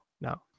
No